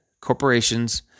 corporations